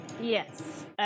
Yes